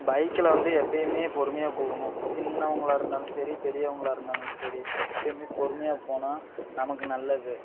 பைக்ல வந்து எப்பயுமே பொறுமையாக போகணும் சின்னவங்களாக இருந்தாலும் சரி பெரியவங்களாக இருந்தாலுமே சரி எப்பயுமே பொறுமையாக போனால் நமக்கு நல்லது